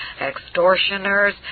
extortioners